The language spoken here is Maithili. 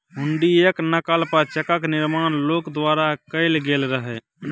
हुंडीयेक नकल पर चेकक निर्माण लोक द्वारा कैल गेल रहय